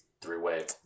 three-way